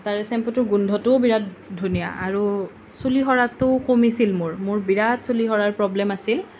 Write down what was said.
তাৰে চেম্পুটোৰ গোন্ধটোও বিৰাট ধুনীয়া আৰু চুলি সৰাটো কমিছিল মোৰ মোৰ বিৰাট চুলি সৰাৰ প্ৰব্লেম আছিল